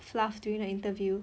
fluff during the interview